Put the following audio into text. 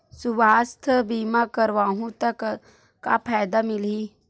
सुवास्थ बीमा करवाहू त का फ़ायदा मिलही?